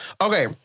Okay